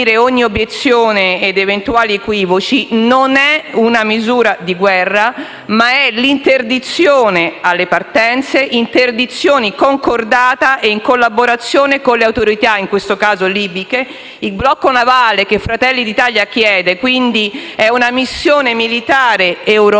ogni obiezione ed eventuali equivoci, che il blocco navale non è una misura di guerra, ma è l'interdizione alle partenze; interdizione concordata e in collaborazione con le autorità, in questo caso libiche. Il blocco navale che Fratelli d'Italia chiede è quindi una missione militare europea